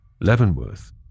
leavenworth